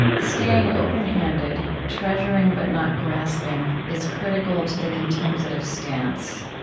staying open-handed, treasuring but not grasping, is critical to the contemplative stance.